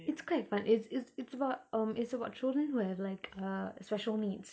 it's quite fun it's it's it's about um it's about children who have like uh special needs